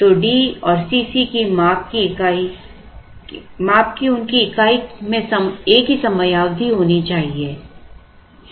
तो D और Cc की माप की उनकी इकाई में एक ही समय अवधि होनी चाहिए